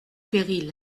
péril